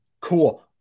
cool